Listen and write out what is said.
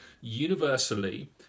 universally